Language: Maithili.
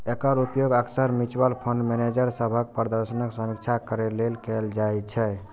एकर उपयोग अक्सर म्यूचुअल फंड मैनेजर सभक प्रदर्शनक समीक्षा करै लेल कैल जाइ छै